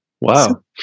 Wow